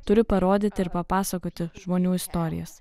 turiu parodyti ir papasakoti žmonių istorijas